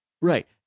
Right